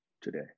today